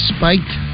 Spiked